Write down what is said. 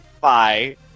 Bye